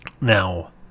Now